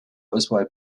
auswahl